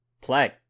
play